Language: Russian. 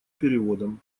переводом